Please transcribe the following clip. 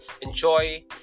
enjoy